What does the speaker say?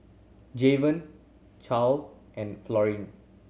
Javen Clair and Florian